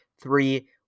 three